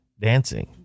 dancing